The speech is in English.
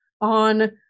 on